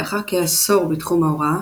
לאחר כעשור בתחום ההוראה,